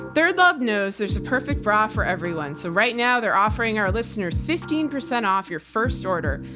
third love knows there's the perfect bra for everyone. so right now, they're offering our listeners fifteen percent off your first order.